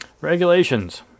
regulations